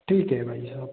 ठीक है भाई साहब